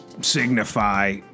signify